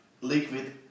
liquid